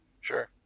Sure